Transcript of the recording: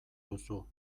duzu